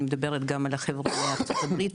מדברת גם על החבר'ה מארצות הברית,